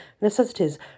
necessities